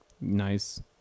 nice